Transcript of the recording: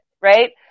right